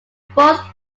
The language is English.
both